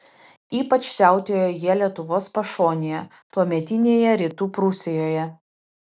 ypač siautėjo jie lietuvos pašonėje tuometinėje rytų prūsijoje